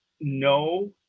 No